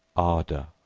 ardor,